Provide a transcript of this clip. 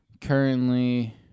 currently